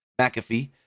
McAfee